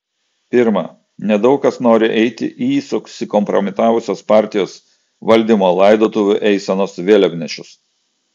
pirma nedaug kas nori eiti į susikompromitavusios partijos valdymo laidotuvių eisenos vėliavnešius